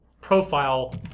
profile